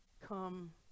Come